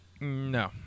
No